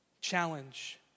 Challenge